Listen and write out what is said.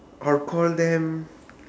I'll call them